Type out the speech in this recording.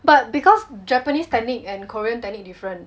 but because japanese technique and korean technique different